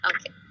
Okay